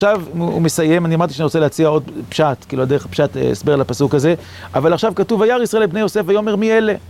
עכשיו הוא מסיים, אני אמרתי שאני רוצה להציע עוד פשט, כאילו הדרך הפשט, הסבר לפסוק הזה. אבל עכשיו כתוב, וירא ישראל את בני יוסף ויאמר: מי אלה